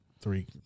three